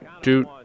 two